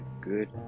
good